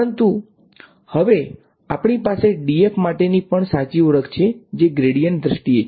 પરંતુ હવે આપણી પાસે df માટેની પણ સારી ઓળખ છે જે ગ્રેડીયન્ટ દ્રષ્ટિએ છે